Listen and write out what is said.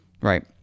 right